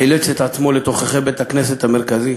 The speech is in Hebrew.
חילץ את עצמו לתוככי בית-הכנסת המרכזי.